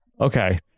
Okay